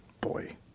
boy